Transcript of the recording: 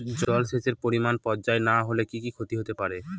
জলসেচের পরিমাণ পর্যাপ্ত না হলে কি কি ক্ষতি হতে পারে?